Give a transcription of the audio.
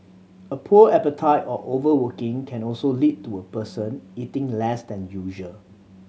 a poor appetite or overworking can also lead to a person eating less than usual